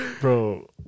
Bro